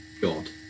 God